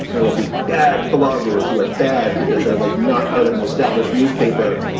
there will be bad bloggers who are bad because they're like not part of an established newspaper.